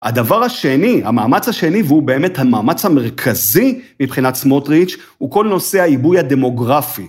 הדבר השני, המאמץ השני, והוא באמת המאמץ המרכזי מבחינת סמוטריץ' הוא כל נושא העיבוי הדמוגרפי.